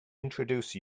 introduce